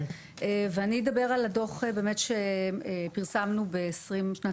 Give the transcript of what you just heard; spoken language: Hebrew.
אני אדבר באמת על הדוח שפרסמנו בשנת